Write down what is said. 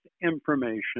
information